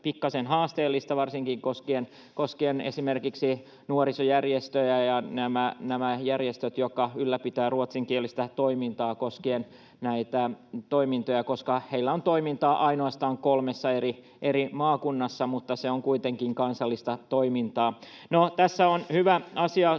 pikkasen haasteellista varsinkin nuorisojärjestöille, jotka ylläpitävät ruotsinkielistä toimintaa, koska heillä on toimintaa ainoastaan kolmessa eri maakunnassa, mutta se on kuitenkin kansallista toimintaa. On hyvä asia